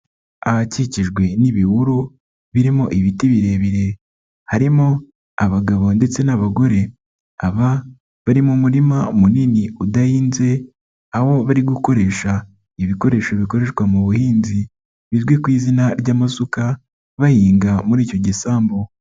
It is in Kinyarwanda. Ahakikijwe n'ibihuru birimo ibiti birebire harimo abagabo ndetse n'abagore aba bari mu murima munini udahinze aho bari gukoresha ibikoresho bikoreshwa mu buhinzi bizwi ku izina ry'amasuka bahinga muri icyo gisambu.